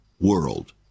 world